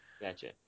Gotcha